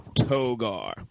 Togar